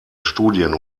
studien